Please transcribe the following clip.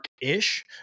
ish